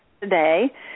today